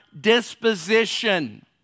disposition